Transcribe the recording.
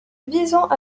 visant